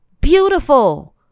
Beautiful